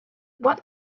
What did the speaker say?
what